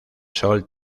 sol